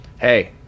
hey